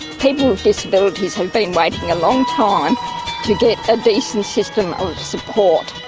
people with disabilities have been waiting a long time to get a decent system of support.